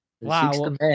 wow